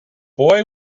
boy